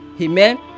Amen